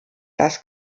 das